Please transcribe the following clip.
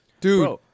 Dude